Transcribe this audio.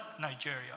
Nigeria